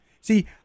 See